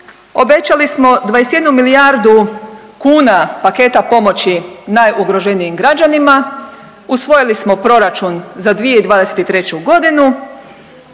obećali smo 21 milijardu kuna paketa pomoći najugroženijim građanima. Usvojili smo proračun za 2023. godinu.